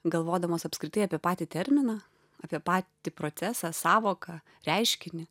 galvodamos apskritai apie patį terminą apie patį procesą sąvoką reiškinį